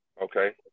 Okay